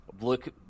Look